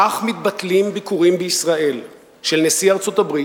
כך מתבטלים ביקורים בישראל של נשיא ארצות-הברית,